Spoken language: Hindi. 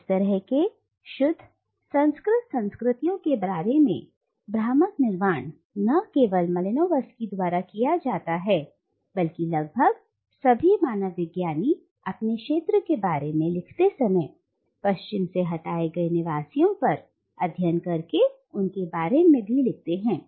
और इस तरह केशुद्ध संस्कृत संस्कृतियों के बारे में भ्रामक निर्माण ना केवल मालिनोवस्की द्वारा किया जाता है बल्कि लगभग सभी मानव विज्ञानी अपने क्षेत्र के बारे में लिखते समय पश्चिम से हटाए गए निवासियों पर अध्ययन करके उनके बारे में भी लिखते हैं